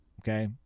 Okay